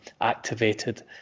activated